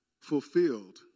fulfilled